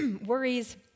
worries